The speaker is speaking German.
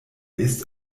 ist